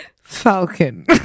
falcon